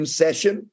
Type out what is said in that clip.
session